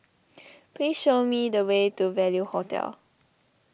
please show me the way to Value Hotel